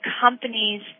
companies